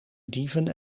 dieven